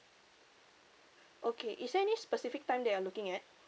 okay is there any specific time that you're looking at